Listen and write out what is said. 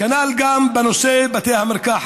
כנ"ל גם בנושא בתי המרקחת.